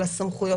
על הסמכויות,